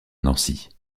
nancy